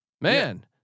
Man